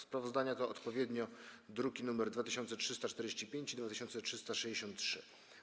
Sprawozdania to odpowiednio druki nr 2345 i 2363.